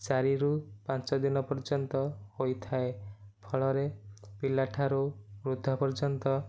ଚାରି ରୁ ପାଞ୍ଚ ଦିନ ପର୍ଯ୍ୟନ୍ତ ହୋଇଥାଏ ଫଳରେ ପିଲା ଠାରୁ ବୃଦ୍ଧ ପର୍ଯ୍ୟନ୍ତ